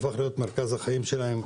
חורפיש הפכה להיות מרכז החיים שלהם.